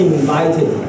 invited